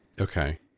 Okay